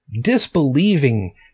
Disbelieving